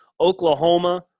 Oklahoma